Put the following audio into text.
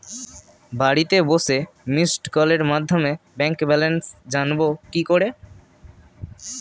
বাড়িতে বসে মিসড্ কলের মাধ্যমে ব্যাংক ব্যালেন্স জানবো কি করে?